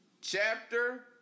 chapter